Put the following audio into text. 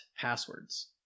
passwords